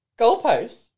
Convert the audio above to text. Goalposts